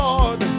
Lord